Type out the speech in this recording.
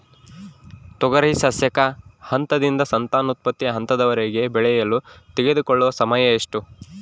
ತೊಗರಿ ಸಸ್ಯಕ ಹಂತದಿಂದ ಸಂತಾನೋತ್ಪತ್ತಿ ಹಂತದವರೆಗೆ ಬೆಳೆಯಲು ತೆಗೆದುಕೊಳ್ಳುವ ಸಮಯ ಎಷ್ಟು?